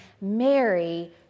Mary